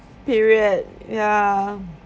period ya